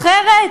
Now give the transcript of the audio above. אחרת,